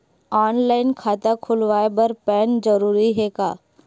Online खाता खुलवाय बर पैन जरूरी हे का?